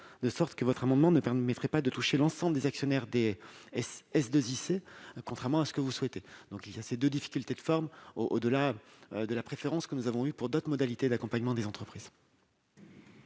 de sorte que votre amendement ne permettrait pas de toucher l'ensemble des actionnaires des SIIC, contrairement à ce que vous souhaitez. Ces deux difficultés de forme s'ajoutent à la préférence que nous avons eue pour d'autres modalités d'accompagnement des entreprises.